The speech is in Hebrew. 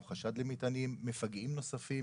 מפגעים נוספים